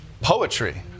poetry